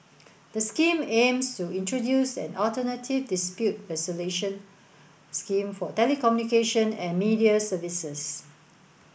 the scheme aims to introduce an alternative dispute resolution scheme for telecommunication and media services